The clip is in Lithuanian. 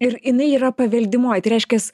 ir jinai yra paveldimoji tai reiškias